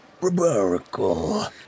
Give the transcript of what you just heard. Barbarical